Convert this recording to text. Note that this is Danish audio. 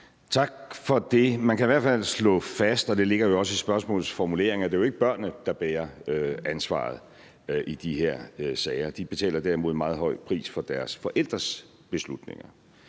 Tak for det. Man kan i hvert fald slå fast, og det ligger også i spørgsmålets formulering, at det jo ikke er børnene, der bærer ansvaret i de her sager. De betaler derimod en meget høj pris for deres forældres beslutninger.